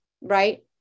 right